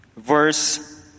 Verse